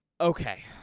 Okay